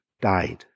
died